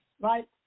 right